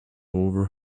over